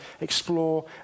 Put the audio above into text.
explore